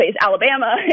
Alabama